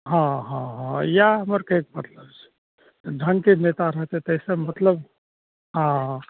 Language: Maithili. हँ हँ हँ इएह हमर कहयके मतलब छै ढङ्गके नेता रहतय तैसँ मतलब हँ